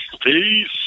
Peace